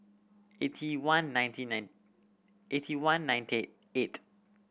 eighty one ninety nine eighty one ninety eight